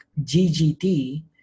GGT